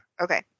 Okay